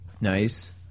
Nice